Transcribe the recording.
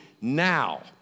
now